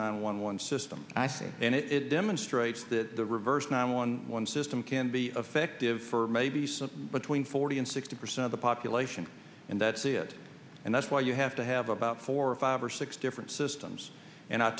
nine one one system i think and it demonstrates that the reverse nine one one system can be effective for maybe some but when forty and sixty percent of the population and that's it and that's why you have to have about four or five or six different systems and i